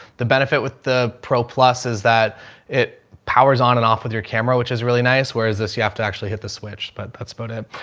the benefit with the pro plus is that it powers on and off with your camera, which is really nice. whereas this, you have to actually hit the switch, but that's about it. ah,